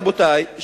רבותי,